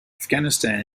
afghanistan